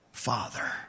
Father